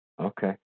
Okay